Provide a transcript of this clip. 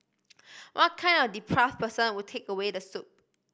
what kind of deprave person would take away the soup